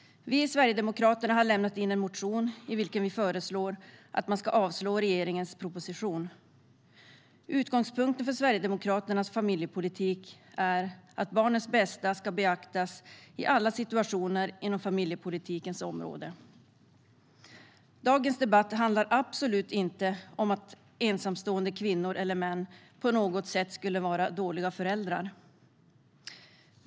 Vi i Sverigedemokraterna har väckt en motion i vilken vi föreslår att man ska avslå regeringens proposition. Utgångspunkten för Sverigedemokraternas familjepolitik är att barnets bästa ska beaktas i alla situationer inom familjepolitikens område. Dagens debatt handlar absolut inte om att ensamstående kvinnor eller män på något sätt skulle vara dåliga föräldrar.